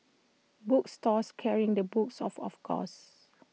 book stores carrying the books of of course